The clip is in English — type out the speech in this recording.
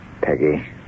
Peggy